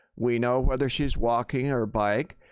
we know whether she's walking or bike.